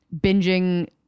binging